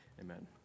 Amen